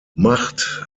macht